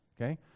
okay